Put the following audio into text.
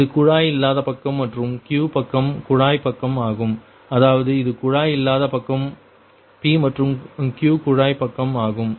இது குழாய் இல்லாத பக்கம் மற்றும் Q பக்கம் குழாய் பக்கம் ஆகும் அதாவது இது குழாய் இல்லாத பக்கம் P மற்றும் Q குழாய் பக்கம் ஆகும்